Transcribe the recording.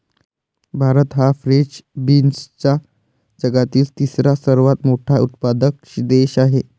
भारत हा फ्रेंच बीन्सचा जगातील तिसरा सर्वात मोठा उत्पादक देश आहे